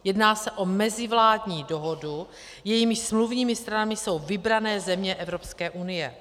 Jedná se o mezivládní dohodu, jejímiž smluvními stranami jsou vybrané země Evropské unie.